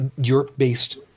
Europe-based